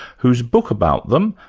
whose book about them,